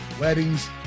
weddings